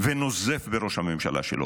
ונוזף בראש הממשלה שלו.